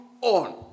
on